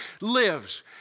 lives